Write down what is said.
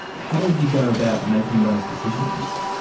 how did you go about making those decisions?